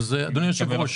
אדוני היושב-ראש,